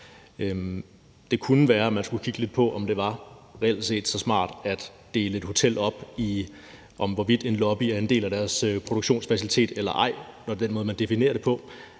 Det kunne være, at man skulle kigge lidt på, om det reelt set var så smart at dele et hotel op, f.eks. efter, hvorvidt en lobby er en del af deres produktionsfacilitet eller ej, når det er den måde, man definerer det på.